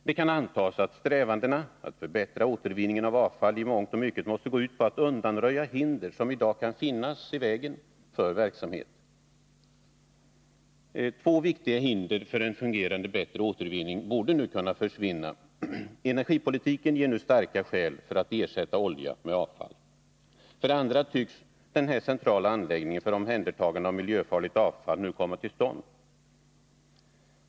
Det kan antas att strävandena att förbättra återvinningen av avfall i mångt och mycket måste gå ut på att undanröja hinder som i dag kan finnas i vägen för verksamheten. Två viktiga hinder för en fungerande bättre återvinning borde kunna försvinna. För det första ger nu energipolitiken starka skäl för att ersätta olja med avfall. För det andra tycks den centrala anläggningen för omhändertagande av miljöfarligt avfall nu komma till stånd.